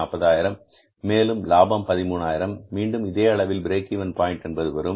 மேலும் லாபம் 13000 மீண்டும் அதே அளவில் பிரேக் இவென் பாயின்ட் என்பது வரும்